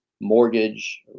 mortgage